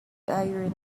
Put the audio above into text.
iron